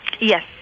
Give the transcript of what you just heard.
Yes